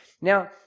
Now